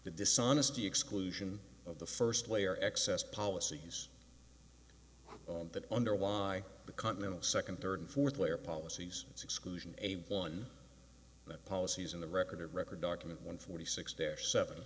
the dishonesty exclusion of the first layer excess policies that underlie the continental second third and fourth layer policies it's exclusion a one that policies in the record record document one forty six there seven